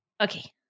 Okay